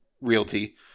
Realty